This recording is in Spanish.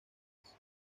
país